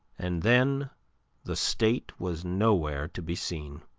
and then the state was nowhere to be seen.